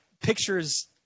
pictures